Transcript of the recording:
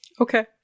Okay